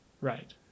right